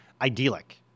idyllic